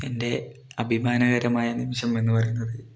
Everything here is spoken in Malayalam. എൻ്റെ അഭിമാനകരമായ നിമിഷം എന്ന് പറയുന്നത്